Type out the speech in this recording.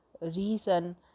Reason